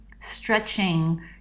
stretching